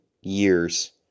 years